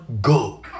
go